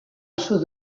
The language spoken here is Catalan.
sud